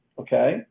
okay